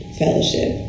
fellowship